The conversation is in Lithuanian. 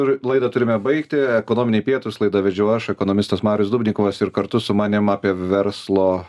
ir laidą turime baigti ekonominiai pietūs laidą vedžiau aš ekonomistas marius dubnikovas ir kartu su manim apie verslo